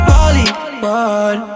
Hollywood